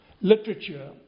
literature